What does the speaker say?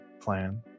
plan